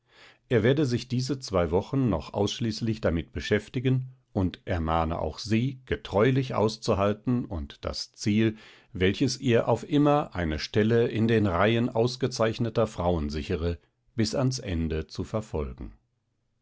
er werde sich diese zwei wochen noch ausschließlich damit beschäftigen und ermahne auch sie getreulich auszuhalten und das ziel welches ihr auf immer eine stelle in den reihen ausgezeichneter frauen sichere bis ans ende zu verfolgen